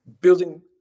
building